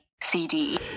CD